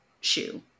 shoe